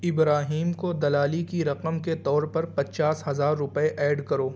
ابراہیم کو دلالی کی رقم کے طور پر پچاس ہزار روپے ایڈ کرو